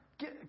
Get